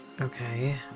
Okay